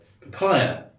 papaya